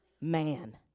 man